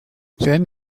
then